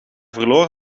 verloren